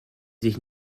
sich